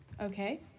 Okay